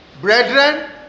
Brethren